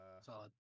Solid